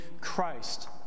Christ